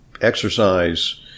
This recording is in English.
exercise